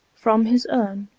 from his urn,